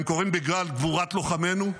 הם קורים בגלל גבורת לוחמינו,